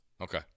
Okay